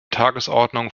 tagesordnung